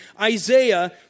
Isaiah